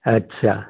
अच्छा